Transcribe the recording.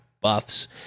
buffs